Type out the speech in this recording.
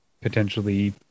potentially